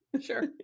Sure